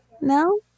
no